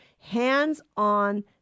hands-on